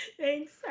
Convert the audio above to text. Thanks